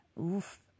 oof